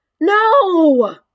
No